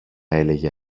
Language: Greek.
έλεγε